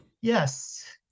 yes